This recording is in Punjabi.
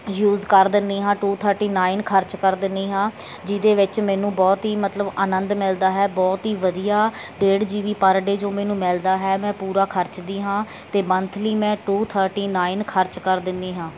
ਯੂਜ ਕਰ ਦਿੰਦੀ ਹਾਂ ਟੂ ਥਰਟੀ ਨਾਇਨ ਖਰਚ ਕਰ ਦਿੰਦੀ ਹਾਂ ਜਿਹਦੇ ਵਿੱਚ ਮੈਨੂੰ ਬਹੁਤ ਹੀ ਮਤਲਬ ਆਨੰਦ ਮਿਲਦਾ ਹੈ ਬਹੁਤ ਹੀ ਵਧੀਆ ਡੇਢ ਜੀ ਬੀ ਪਰ ਡੇਅ ਜੋ ਮੈਨੂੰ ਮਿਲਦਾ ਹੈ ਮੈਂ ਪੂਰਾ ਖਰਚਦੀ ਹਾਂ ਅਤੇ ਮੰਥਲੀ ਮੈਂ ਟੂ ਥਰਟੀ ਨਾਇਨ ਖਰਚ ਕਰ ਦਿੰਦੀ ਹਾਂ